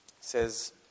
says